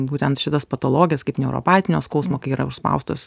būtent šitas patologijas kaip neuropatinio skausmo kai yra užspaustos